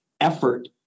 effort